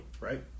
right